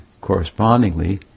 correspondingly